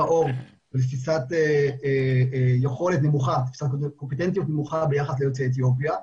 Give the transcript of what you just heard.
עור ולתפיסת יכולת נמוכה ביחס ליוצאי אתיופיה,